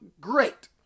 great